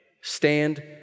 Stand